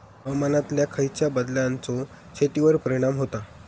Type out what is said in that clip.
हवामानातल्या खयच्या बदलांचो शेतीवर परिणाम होता?